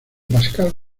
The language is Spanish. pascal